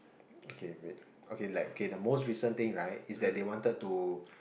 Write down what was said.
okay wait okay like okay the most recent right is that they wanted to